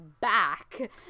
back